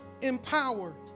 empower